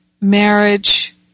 marriage